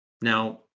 Now